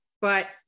but-